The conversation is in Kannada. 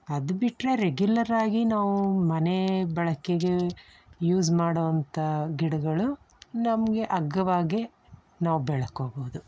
ಅದು ಬಿಟ್ರೆ ರೆಗ್ಯುಲರಾಗಿ ನಾವು ಮನೆ ಬಳಕೆಗೆ ಯೂಸ್ ಮಾಡುವಂಥ ಗಿಡಗಳು ನಮಗೆ ಅಗ್ಗವಾಗೇ ನಾವು ಬೆಳ್ಕೋಬೌದು